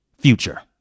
future